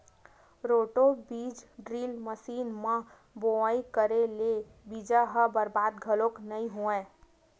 roto बीज drill machine म बोवई करे ले बीजा ह बरबाद घलोक नइ होवय